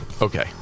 Okay